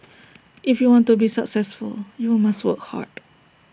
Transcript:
if you want to be successful you must work hard